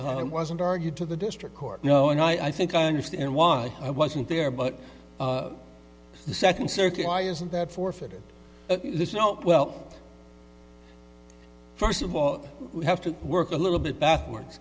wasn't argued to the district court no and i think i understand why i wasn't there but the second circuit why isn't that forfeited well first of all we have to work a little bit backwards